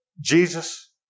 Jesus